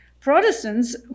Protestants